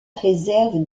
réserve